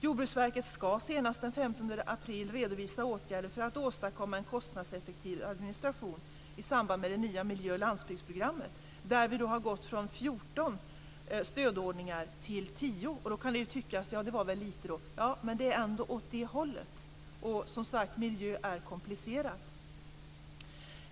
Jordbruksverket ska senast den 15 april redovisa åtgärder för att åstadkomma en kostnadseffektiv administration i samband med det nya miljö och landsbygdsprogrammet, där vi har gått från 14 stödordningar till 10. Det kan tyckas att det var lite, men det är ändå åt rätt håll. Och miljö är som sagt komplicerat.